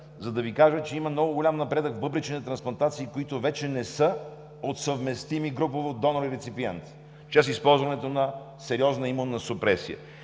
за да Ви кажа, че има много голям напредък в бъбречните трансплантации, които вече не са от съвместими групово донор-рецепиент чрез използването на сериозна имунна супресия.